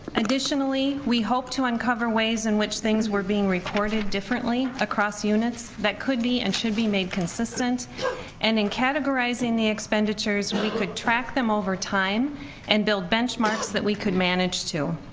additionally, we hoped to uncover ways in which things were being recorded differently across units, that could be and should be made consistent and in categorizing the expenditures, we could track them over time and build benchmarks that we could manage too.